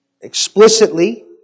explicitly